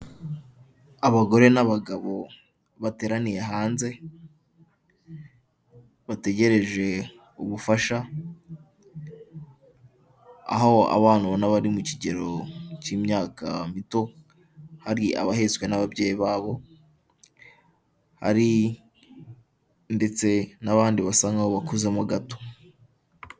Abagore n'abagabo bateraniye hanze bategereje ubufasha, aho abana ubona bari mu kigero cy'imyaka mito, hari abahetswe n'ababyeyi babo hari ndetse n'abandi basa nkaho bakumo gato.